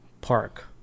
Park